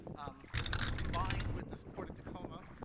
um combined with the port of tacoma,